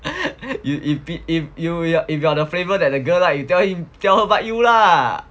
if you if you if you if you are the flavour that the girl like you tell tell her bite you lah